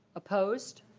opposed?